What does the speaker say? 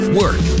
work